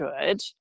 good